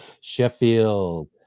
sheffield